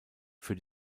für